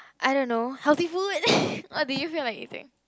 I don't know healthy food what do you feel like eating